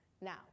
Now